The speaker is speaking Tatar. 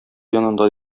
янында